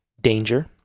danger